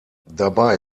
dabei